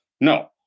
No